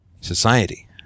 society